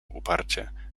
uparcie